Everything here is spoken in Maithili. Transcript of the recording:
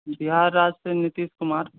बिहार राज सँ नितीश कुमार